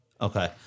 Okay